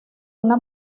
una